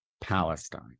Palestine